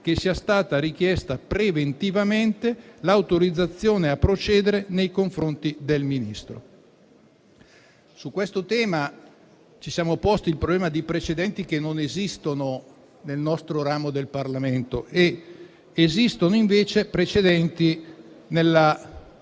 che sia stata richiesta preventivamente l'autorizzazione a procedere nei confronti del Ministro. Su questo tema ci siamo posti il problema di precedenti che non esistono nel nostro ramo del Parlamento; esistono invece precedenti alla